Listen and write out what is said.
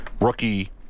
rookie